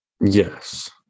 yes